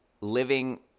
living